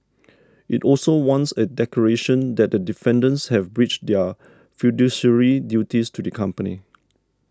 it also wants a declaration that the defendants have breached their fiduciary duties to the company